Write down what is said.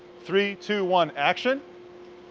three, two, one, action.